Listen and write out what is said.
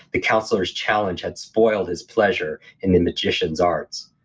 the counselor's challenge had spoiled his pleasure in the magician's arts.